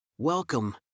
Welcome